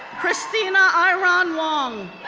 christina airan wang,